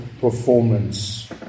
performance